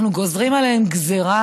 אנחנו גוזרים עליהם גזרה